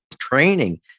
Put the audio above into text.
training